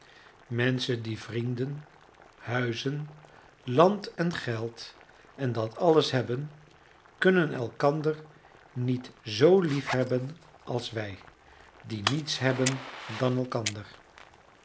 menschen die vrienden huizen land en geld en dat alles hebben kunnen elkander niet zoo liefhebben als wij die niets hebben dan elkander